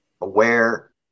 Aware